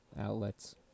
outlets